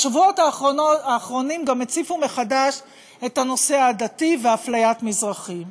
השבועות האחרונים גם הציפו מחדש את הנושא העדתי ואפליית מזרחים,